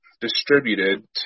distributed